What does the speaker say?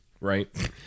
right